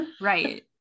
right